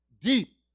deep